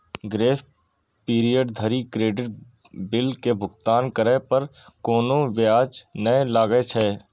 grace period धरि credit bill के भुगतान करै पर कोनो ब्याज नै लागै छै